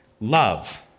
Love